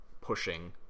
pushing